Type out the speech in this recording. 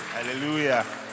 Hallelujah